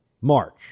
March